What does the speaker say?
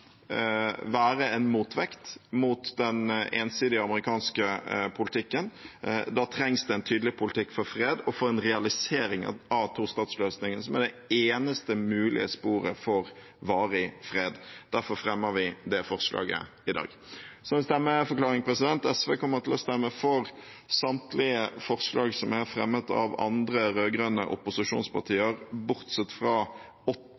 være en motvekt mot den ensidige amerikanske politikken. Da trengs det en tydelig politikk for fred og for en realisering av tostatsløsningen, som er det eneste mulige sporet for varig fred. Derfor fremmer vi det forslaget i dag. Så en stemmeforklaring: SV kommer til å stemme for samtlige forslag som er fremmet av andre rød-grønne opposisjonspartier, bortsett fra